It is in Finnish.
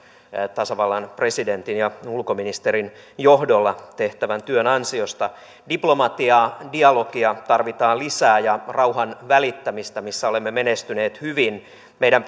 tasavallan presidentin ja ulkoministerin johdolla tehtävän työn ansiosta diplomatiaa dialogia tarvitaan lisää ja rauhanvälittämistä missä olemme menestyneet hyvin meidän